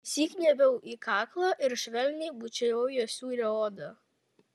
įsikniaubiau į kaklą ir švelniai bučiavau jo sūrią odą